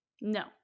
No